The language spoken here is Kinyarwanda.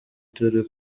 turi